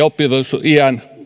oppivelvollisuusiän